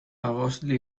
ghostly